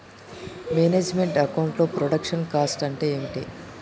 Manage meant account లో production cost అంటే ఏమిటి?